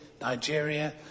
Nigeria